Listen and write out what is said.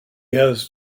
has